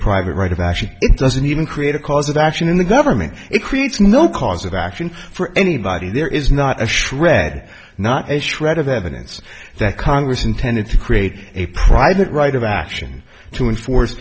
private right of actually it doesn't even create a cause of action in the government it creates no cause of action for anybody there is not a shred not a shred of that and it's that congress intended to create a private right of action to enforce